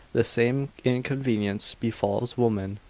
the same inconvenience befalls women.